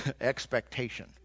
expectation